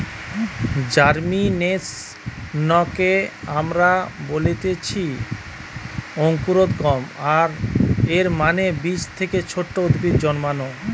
জার্মিনেশনকে আমরা বলতেছি অঙ্কুরোদ্গম, আর এর মানে বীজ থেকে ছোট উদ্ভিদ জন্মানো